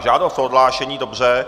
Žádost o odhlášení, dobře.